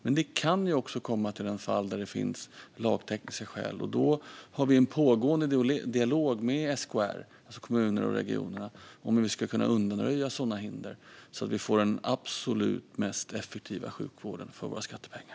Men det kan också i en del fall finnas lagtekniska skäl. Då har vi en pågående dialog med SKR, Sveriges Kommuner och Regioner, om hur vi ska kunna undanröja sådana hinder så att vi får den absolut mest effektiva sjukvården för våra skattepengar.